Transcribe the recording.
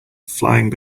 flying